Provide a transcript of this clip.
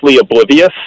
oblivious